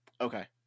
Okay